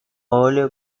olha